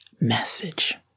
message